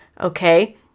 Okay